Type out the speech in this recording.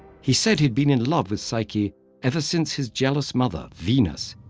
he said he'd been in love with psyche ever since his jealous mother, venus,